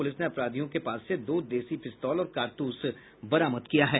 police ने अपराधियों के पास से दो देसी पिस्तौल और कारतूस बरामद किया है